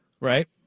Right